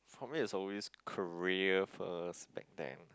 for me it's always career first back then